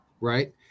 right